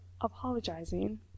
apologizing